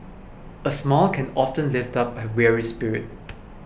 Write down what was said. a smile can often lift up a weary spirit